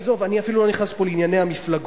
עזוב, אני אפילו לא נכנס פה לענייני המפלגות.